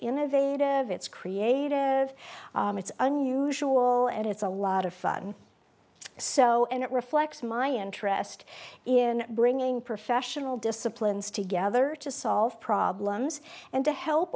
in it's creative it's unusual and it's a lot of fun so and it reflects my interest in bringing professional disciplines together to solve problems and to help